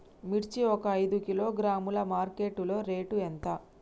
మిర్చి ఒక ఐదు కిలోగ్రాముల మార్కెట్ లో రేటు ఎంత?